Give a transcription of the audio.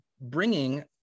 bringing